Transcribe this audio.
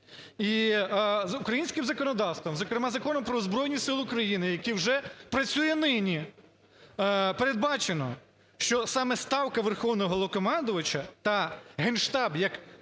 за українським законодавством, зокрема, Законом "Про Збройні Сили України", який вже працює нині передбачено, що саме Ставка Верховного Головнокомандувача та Генштаб як